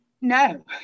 No